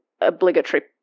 obligatory